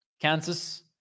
Kansas